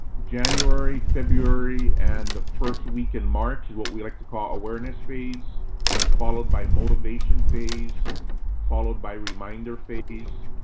january, february and the first week in march is what we'd like to call awareness phase followed by motivation phase followed by reminder phase.